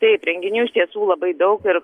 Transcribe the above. taip renginių iš tiesų labai daug ir